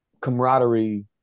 camaraderie